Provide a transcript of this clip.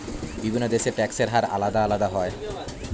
বিভিন্ন দেশের ট্যাক্সের হার আলাদা আলাদা হয়